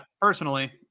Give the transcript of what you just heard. Personally